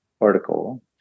article